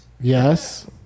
Yes